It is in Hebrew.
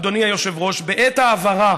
אדוני היושב-ראש, בעת ההעברה